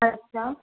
अछा